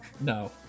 no